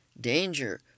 Danger